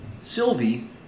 Sylvie